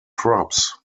crops